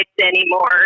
anymore